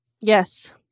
Yes